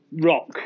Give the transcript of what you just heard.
rock